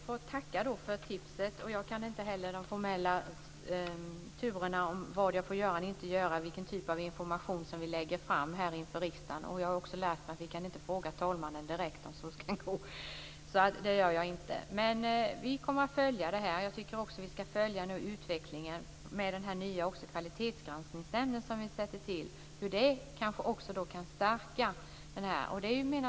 Herr talman! Jag får tacka för tipset. Jag kan inte de formella turerna när det gäller vad jag får och inte får göra och vilken typ av information som vi lägger fram inför riksdagen. Jag har också lärt mig att vi inte kan fråga talmannen direkt. Vi kommer att följa detta. Jag tycker att vi också skall följa utvecklingen med den nya kvalitetsgranskningsnämnd som vi tillsätter och hur den kan stärka detta.